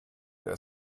der